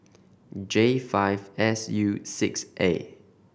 J five S U six A